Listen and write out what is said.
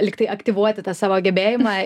lygtai aktyvuoti tą savo gebėjimą